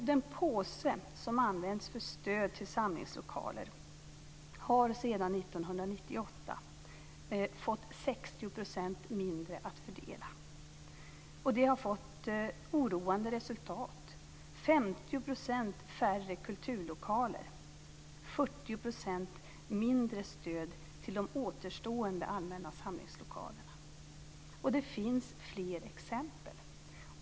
Den påse som används för stöd till samlingslokaler har sedan 1998 fått 60 % mindre att fördela, och det har fått oroande resultat: 50 % Det finns också fler exempel.